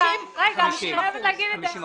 אני הולכת להגיד את זה,